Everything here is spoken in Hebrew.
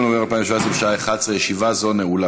הישיבה הבאה